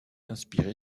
inspiré